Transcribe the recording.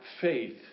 faith